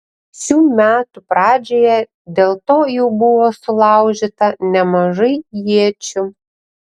šių metų pradžioje dėl to jau buvo sulaužyta nemažai iečių